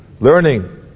learning